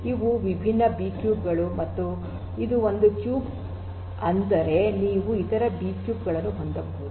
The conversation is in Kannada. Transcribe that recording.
ಇವು ವಿಭಿನ್ನ ಬಿಕ್ಯೂಬ್ ಗಳು ಮತ್ತು ಇದು ಒಂದು ಕ್ಯೂಬ್ ಅಂದರೆ ನೀವು ಇತರ ಬಿಕ್ಯೂಬ್ ಗಳನ್ನು ಹೊಂದಬಹುದು